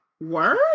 word